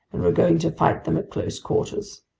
and we're going to fight them at close quarters.